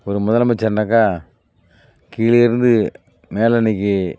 ஒரு முதலமைச்சர்ன்னாக்கால் கீழேருந்து மேலே இன்றைக்கி